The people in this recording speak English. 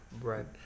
Right